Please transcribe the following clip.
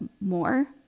more